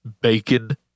Bacon